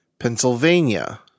Pennsylvania